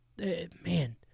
Man